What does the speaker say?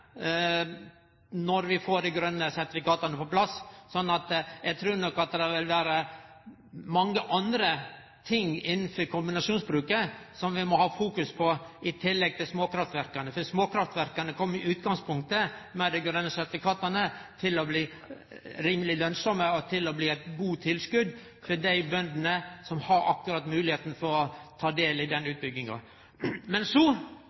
når vi får dei grøne sertifikata på plass. Så eg trur nok at det vil vere mange andre ting innanfor kombinasjonsbruk vi må ha fokus på, i tillegg til småkraftverka. For småkraftverka kjem i utgangspunktet, med dei grøne sertifikata, til å bli rimeleg lønsame og eit godt tilskot til dei bøndene som har moglegheit til å ta del i den utbygginga. Så